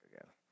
again